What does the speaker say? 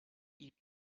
eat